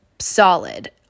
solid